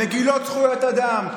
מגילות זכויות אדם,